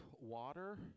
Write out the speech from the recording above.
water